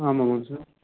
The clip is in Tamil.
ஆமாம் ஆமாம்ங்க சார்